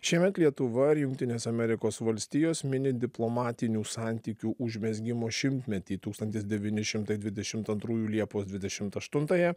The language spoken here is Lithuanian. šiemet lietuva ir jungtinės amerikos valstijos mini diplomatinių santykių užmezgimo šimtmetį tūkstantis devyni šimtai dvidešimt antrųjų liepos dvidešimt aštuntąją